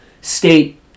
state